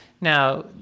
now